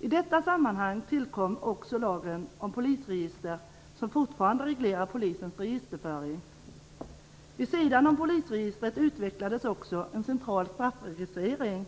I detta sammanhang tillkom också lagen om polisregister, som fortfarande reglerar polisens registerföring. Vid sidan om polisregistret utvecklades också en central straffregistrering.